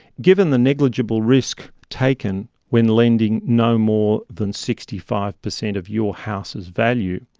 given the negligible risk taken when lending no more than sixty five per cent of your house's value,